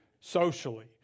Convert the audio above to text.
socially